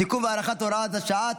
תיקון והארכת הוראת השעה),